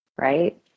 Right